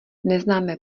neznáme